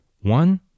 One